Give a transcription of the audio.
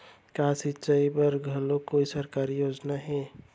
का सिंचाई बर घलो कोई सरकारी योजना हे?